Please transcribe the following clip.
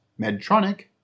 Medtronic